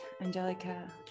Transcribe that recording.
angelica